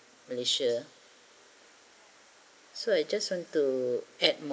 malaysia so I just want to add more